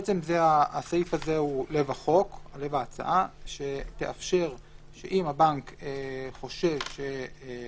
הסעיף הזה הוא לב ההצעה שתאפשר שאם הבנק חושש לגבי